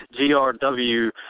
GRW